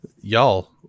y'all